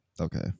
Okay